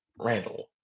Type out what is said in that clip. Randall